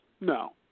No